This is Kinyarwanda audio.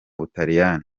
butaliyani